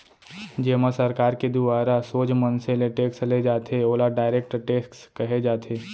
जेमा सरकार के दुवारा सोझ मनसे ले टेक्स ले जाथे ओला डायरेक्ट टेक्स कहे जाथे